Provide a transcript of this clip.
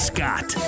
Scott